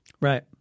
Right